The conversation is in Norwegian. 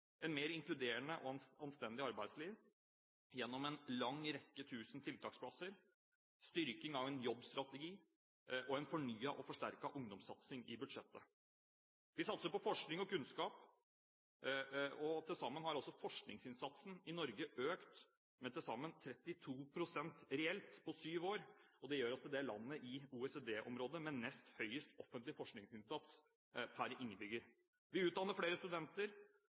et mer inkluderende og anstendig arbeidsliv gjennom en lange rekke tusen tiltaksplasser, styrking av en jobbstrategi og en fornyet og forsterket ungdomssatsing i budsjettet. Vi satser på forskning og kunnskap. Til sammen har altså forskningsinnsatsen i Norge økt med 32 pst. reelt på syv år. Det gjør oss til det landet i OECD-området med nest høyest offentlig forskningsinnsats per innbygger. Vi utdanner flere studenter.